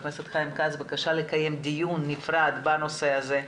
חיים כץ בקשה לקיים דיון נפרד בנושא הזה,